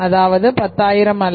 அதாவது பத்தாயிரம் அல்ல